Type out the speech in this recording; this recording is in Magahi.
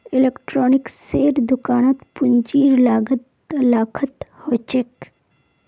इलेक्ट्रॉनिक्सेर दुकानत पूंजीर लागत लाखत ह छेक